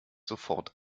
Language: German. sofort